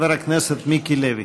חבר הכנסת מיקי לוי.